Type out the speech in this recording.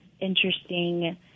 interesting